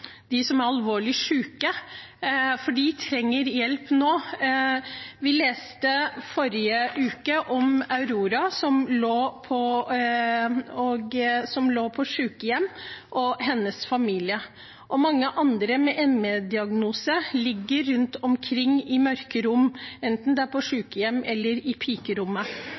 de trenger i kommunene, særlig de som er alvorlig syke, for de trenger hjelp nå. Vi leste forrige uke om Aurora, som lå på sykehjem, og hennes familie. Og mange andre med ME-diagnose ligger rundt omkring i mørke rom, enten på sykehjem eller på pikerommet.